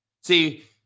See